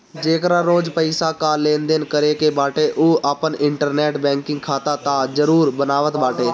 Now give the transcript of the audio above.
जेकरा रोज पईसा कअ लेनदेन करे के बाटे उ आपन इंटरनेट बैंकिंग खाता तअ जरुर बनावत बाटे